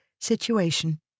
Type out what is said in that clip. situation